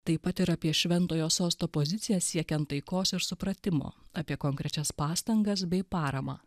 taip pat ir apie šventojo sosto poziciją siekiant taikos ir supratimo apie konkrečias pastangas bei paramą